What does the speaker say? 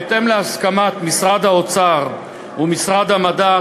בהתאם להסכמת משרד האוצר ומשרד המדע,